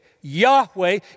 Yahweh